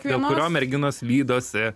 dėl kurio merginos lydosi